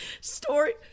Story